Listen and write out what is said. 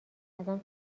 ازم